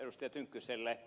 tynkkyselle